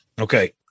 Okay